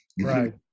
right